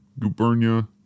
gubernia